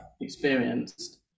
experienced